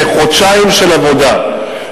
אחרי חודשיים של עבודה,